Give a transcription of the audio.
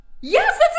Yes